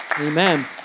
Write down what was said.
amen